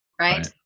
right